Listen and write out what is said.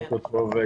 בוקר טוב,